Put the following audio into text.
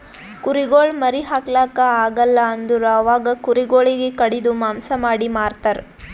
ಕುರಿಗೊಳ್ ಮರಿ ಹಾಕ್ಲಾಕ್ ಆಗಲ್ ಅಂದುರ್ ಅವಾಗ ಕುರಿ ಗೊಳಿಗ್ ಕಡಿದು ಮಾಂಸ ಮಾಡಿ ಮಾರ್ತರ್